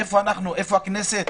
איפה הכנסת?